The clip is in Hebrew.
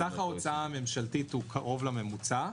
סך ההוצאה הממשלתית הוא קרוב לממוצע.